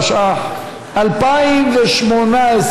התשע"ח 2018,